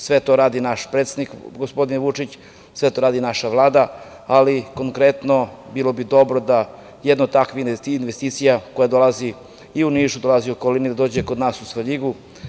Sve to radi naš predsednik gospodin Vučić, sve to radi naša Vlada, ali konkretno, bilo bi dobro da jedna od takvih investicija, koja dolazi i u Niš, i da dođe u Svrljig.